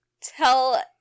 tell